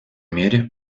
мере